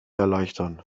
erleichtern